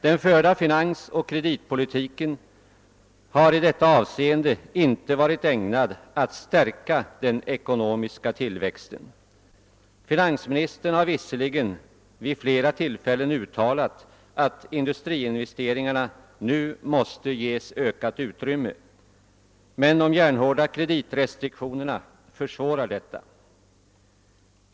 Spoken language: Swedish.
Den förda finansoch kreditpolitiken har i detta avseende inte varit ägnad att stärka den ekonomiska tillväxten. Finansministern har visserligen vid flera tillfällen uttalat att industriinvesteringarna nu måste ges ökat utrymme, men de järnhårda kreditrestriktionerna försvårar detta.